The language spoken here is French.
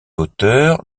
auteur